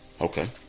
Okay